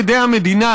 עדי המדינה,